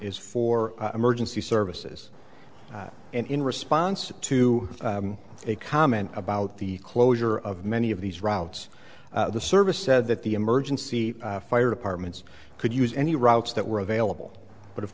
is for emergency services and in response to a comment about the closure of many of these routes the service said that the emergency fire departments could use any routes that were available but of